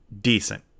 Decent